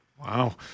Wow